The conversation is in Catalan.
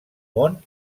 món